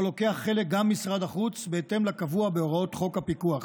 שבו לוקח חלק גם משרד החוץ בהתאם לקבוע בהוראות חוק הפיקוח.